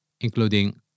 including